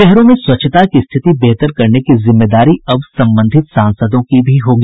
शहरों में स्वच्छता की स्थिति बेहतर करने की जिम्मेदारी अब संबंधित सांसदों की भी होगी